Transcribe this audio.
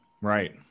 Right